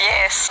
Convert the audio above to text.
Yes